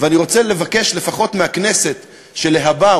ואני רוצה לבקש לפחות מהכנסת שלהבא,